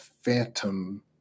Phantom